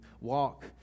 walk